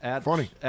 Funny